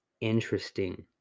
interesting